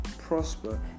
prosper